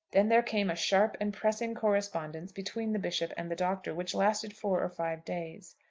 then there came a sharp and pressing correspondence between the bishop and the doctor, which lasted four or five days.